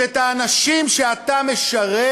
שאת האנשים שאתה משרת,